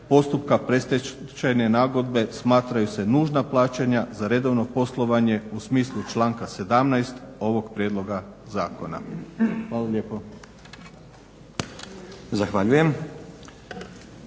postupka predstečajne nagodbe smatraju se nužna plaćanja za redovno poslovanje u smislu članka 17. ovog prijedloga zakona. Hvala lijepo. **Stazić,